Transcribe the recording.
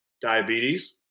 diabetes